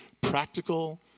practical